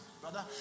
Brother